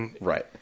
Right